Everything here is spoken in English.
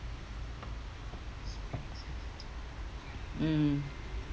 mm